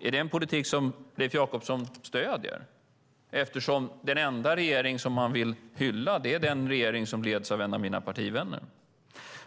Är det en politik som Leif Jakobsson stöder? Den enda regering som man vill hylla är den regering som leds av en av mina partivänner.